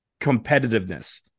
competitiveness